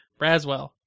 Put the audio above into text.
Braswell